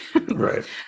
Right